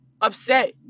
upset